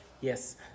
Yes